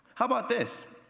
how about this.